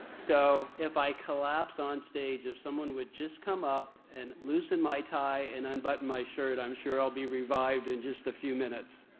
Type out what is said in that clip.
so if i collapse on stage, if someone would just come up and loosen my tie and unbutton my shirt, i'm sure i'll be revived in just a few minutes.